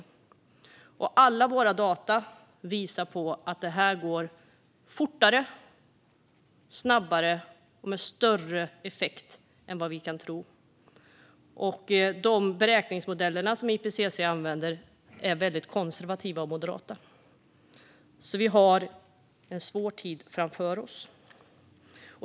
De sa: Alla våra data visar på att det går fortare och snabbare och att det är större effekter än vad vi kan tro. Och de beräkningsmodeller som IPCC använder är väldigt konservativa och moderata. Vi har en svår tid framför oss.